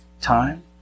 time